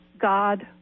God